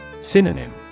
Synonym